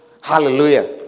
Hallelujah